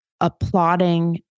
applauding